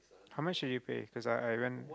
how much did it pay cause I I haven't